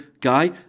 guy